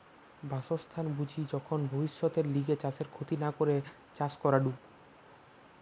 বাসস্থান বুঝি যখন ভব্যিষতের লিগে চাষের ক্ষতি না করে চাষ করাঢু